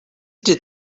did